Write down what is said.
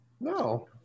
No